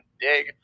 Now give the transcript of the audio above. dig